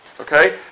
Okay